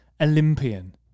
Olympian